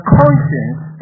conscience